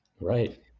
Right